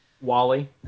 Wally